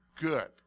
Good